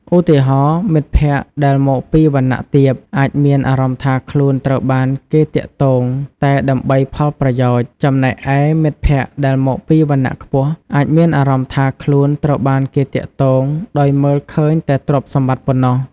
ឧទាហរណ៍ មិត្តភក្តិដែលមកពីវណ្ណៈទាបអាចមានអារម្មណ៍ថាខ្លួនត្រូវបានគេទាក់ទងតែដើម្បីផលប្រយោជន៍ ចំណែកឯមិត្តភក្តិដែលមកពីវណ្ណៈខ្ពស់អាចមានអារម្មណ៍ថាខ្លួនត្រូវបានគេទាក់ទងដោយមើលឃើញតែទ្រព្យសម្បត្តិប៉ុណ្ណោះ។